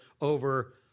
over